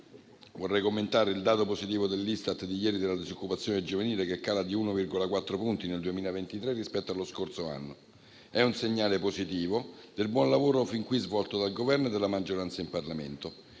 Vorrei commentare il dato positivo dell'Istat di ieri sulla disoccupazione giovanile, che cala di 1,4 punti nel 2023 rispetto allo scorso anno. È un segnale positivo del buon lavoro fin qui svolto dal Governo e dalla maggioranza in Parlamento.